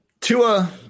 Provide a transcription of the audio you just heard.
Tua